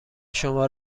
شما